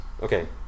Okay